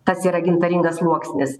tas yra gintaringas sluoksnis